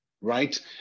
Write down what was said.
right